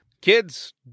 Kids